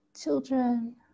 children